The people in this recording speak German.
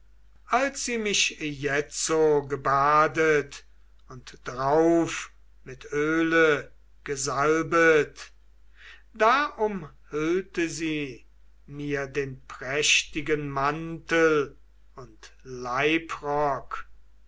als sie ihn jetzo gebadet und drauf mit öle gesalbet da umhüllte sie ihm den prächtigen mantel und leibrock